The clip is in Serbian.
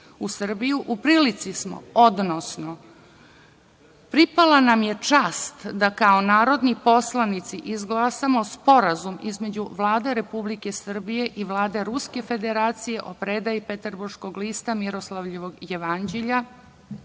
u Srbiju, u prilici smo, odnosno pripala nam je čast da kao narodni poslanici izglasamo Sporazum između Vlade Republike Srbije i Vlade Ruske Federacije o predaji Peterburškog lista Miroslavljevog jevanđelja